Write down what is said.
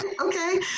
Okay